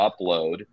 upload